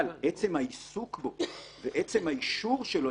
אבל עצם העיסוק בו ועצם האישור שלו,